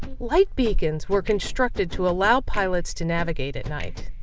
light beacons were constructed to allow pilots to navigate at night.